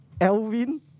Elvin